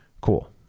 cool